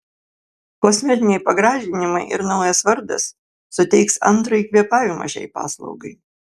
kosmetiniai pagražinimai ir naujas vardas suteiks antrąjį kvėpavimą šiai paslaugai